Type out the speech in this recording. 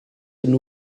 iddyn